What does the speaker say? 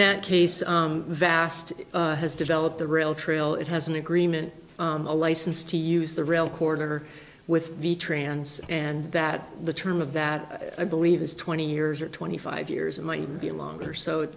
that case the vast has developed the rail trail it has an agreement a license to use the rail corridor with the trans and that the term of that i believe is twenty years or twenty five years it might be longer so